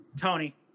Tony